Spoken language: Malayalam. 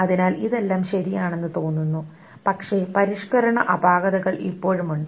അതിനാൽ ഇതെല്ലാം ശരിയാണെന്ന് തോന്നുന്നു പക്ഷേ പരിഷ്ക്കരണ അപാകതകൾ ഇപ്പോഴും ഉണ്ട്